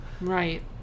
right